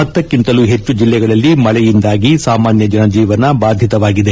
ಪತ್ತಕ್ಷಿಂತಲೂ ಹೆಚ್ಚು ಜಲ್ಲೆಗಳಲ್ಲಿ ಮಳೆಯಿಂದಾಗಿ ಸಾಮಾನ್ಯ ಜನಜೀವನ ಬಾಧಿತವಾಗಿದೆ